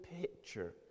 picture